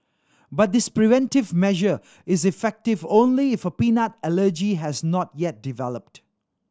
but this preventive measure is effective only if a peanut allergy has not yet developed